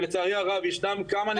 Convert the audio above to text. ולצערי הרב ישנם כמה נתונים סותרים.